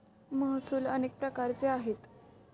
महसूल अनेक प्रकारचे आहेत